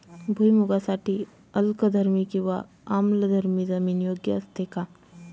भुईमूगासाठी अल्कधर्मी किंवा आम्लधर्मी जमीन योग्य असते का?